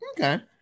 Okay